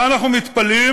מה אנחנו מתפלאים